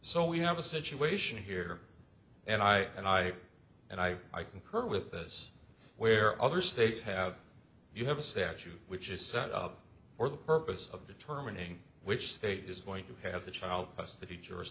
so we have a situation here and i and i and i i concur with this where other states have you have a statute which is set up for the purpose of determining which state is going to have the child